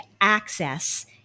access